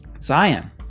Zion